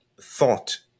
thought